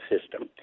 system